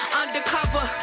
undercover